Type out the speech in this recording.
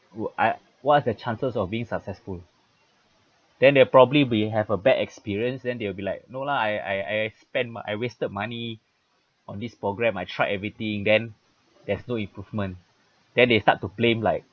wha~ I what's the chances of being successful then they'll probably be have a bad experience then they'll be like no lah I I I spend I wasted money on this programme I tried everything then there's no improvement then they start to blame like